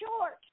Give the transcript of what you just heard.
short